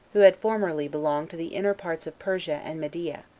who had formerly belonged to the inner parts of persia and media,